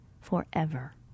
forever